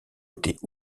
étaient